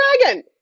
dragon